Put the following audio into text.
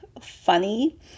funny